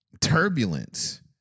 turbulence